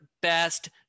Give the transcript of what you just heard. best